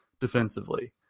defensively